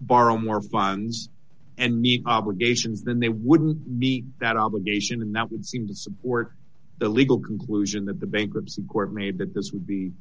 borrow more funds and meet obligations than they would meet that obligation and that would seem to support the legal conclusion that the bankruptcy court made that this would be